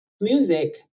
music